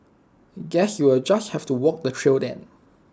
guess you'll just have to walk the trail then